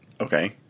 Okay